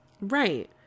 Right